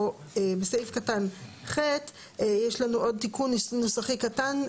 בסעיף קטן (ח) יש לנו עוד תיקון נוסחי קטן.